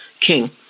king